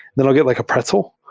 then i'll get like a pretzel,